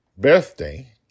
birthday